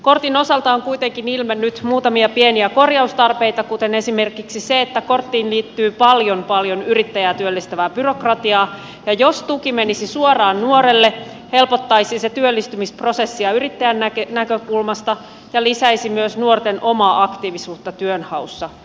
kortin osalta on kuitenkin ilmennyt muutamia pieniä korjaustarpeita kuten esimerkiksi se että korttiin liittyy paljon paljon yrittäjää työllistävää byrokratiaa ja jos tuki menisi suoraan nuorelle helpottaisi se työllistymisprosessia yrittäjän näkökulmasta ja lisäisi myös nuorten omaa aktiivisuutta työnhaussa